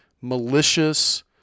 malicious